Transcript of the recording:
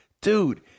dude